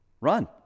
Run